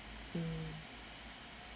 mm